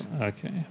Okay